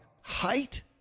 height